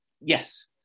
Yes